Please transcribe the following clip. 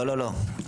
לא, לא, לא.